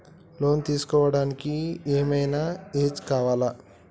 Loan తీస్కోవడానికి ఏం ఐనా ఏజ్ కావాలా?